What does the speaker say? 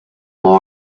more